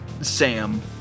Sam